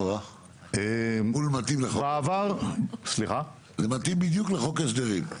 זה מתאים בדיוק לחוק ההסדרים.